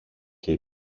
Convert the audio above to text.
και